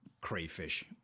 crayfish